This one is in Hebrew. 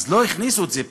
אז לא הכניסו את זה פה.